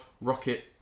rocket